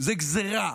זו גזרה.